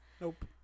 nope